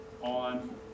on